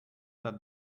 that